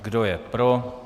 Kdo je pro?